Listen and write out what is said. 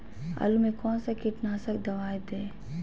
आलू में कौन सा कीटनाशक दवाएं दे?